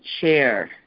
chair